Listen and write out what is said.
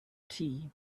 tea